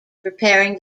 preparing